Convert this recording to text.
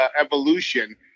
evolution